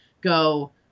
go